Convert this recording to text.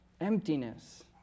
emptiness